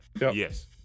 Yes